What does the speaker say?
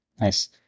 Nice